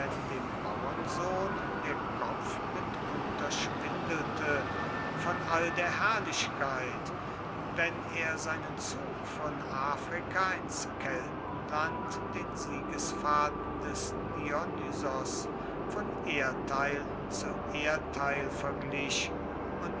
dem bauernsohn der kopf mitunter schwindelte von all der herrlichkeit wenn er seinen zug von afrika ins kettenland den siegesfahrten des dionysos von erdteil zu erdteil verglich und